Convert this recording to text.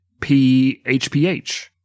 P-H-P-H